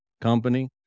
company